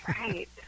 right